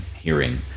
hearing